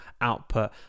output